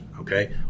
Okay